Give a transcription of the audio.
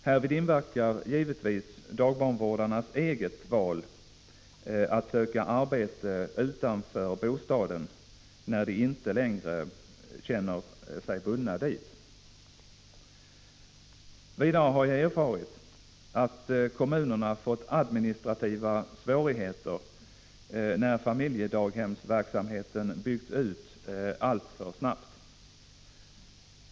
Härvid inverkar givetvis dagbarnvårdarnas eget val att söka arbete utanför bostaden när de inte längre känner sig bundna dit. Vidare har jag erfarit att kommunerna fått administrativa svårigheter när familjedaghemsverksamheten byggts ut alltför snabbt.